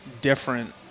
different